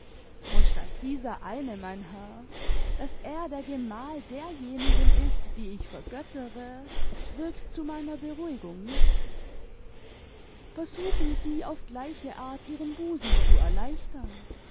und daß dieser eine mein herr daß er der gemal derjenigen ist die ich vergöttere wirkt zu meiner beruhigung mit versuchen sie auf gleiche art ihren busen zu erleichtern